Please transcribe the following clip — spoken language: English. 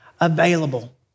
available